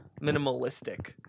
minimalistic